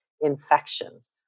infections